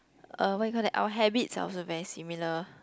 uh what you call that our habits are also very similar